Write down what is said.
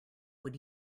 would